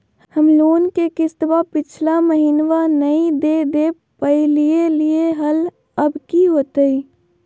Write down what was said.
हम लोन के किस्तवा पिछला महिनवा नई दे दे पई लिए लिए हल, अब की होतई?